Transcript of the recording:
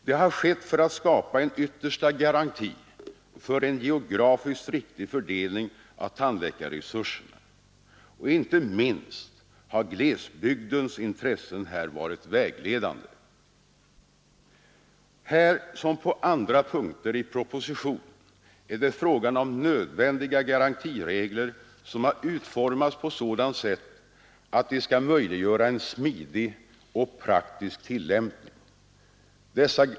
Det har skett för att skapa en yttersta garanti för en geografiskt riktig fördelning av tandläkarresurserna, och inte minst har glesbygdens intressen här varit vägledande. Här som på andra punkter i propositionen är det fråga om nödvändiga garantiregler som har utformats på ett sådant sätt att de skall möjliggöra en smidig och praktisk tillämpning.